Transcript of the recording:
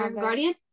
guardian